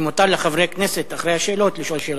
כי מותר לחברי הכנסת, אחרי השאלות, לשאול שאלות.